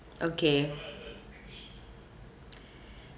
okay